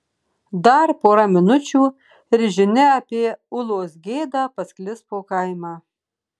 dar pora minučių ir žinia apie ulos gėdą pasklis po kaimą